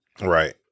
Right